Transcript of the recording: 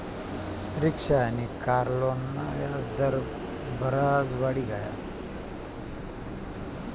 rickshaw आनी car लोनना व्याज दर बराज वाढी गया